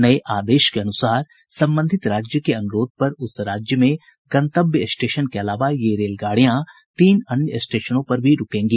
नये आदेश के अनुसार संबंधित राज्य के अनुरोध पर उस राज्य में गंतव्य स्टेशन के अलावा ये रेलगाडियां तीन अन्य स्टेशनों पर भी रूकेंगी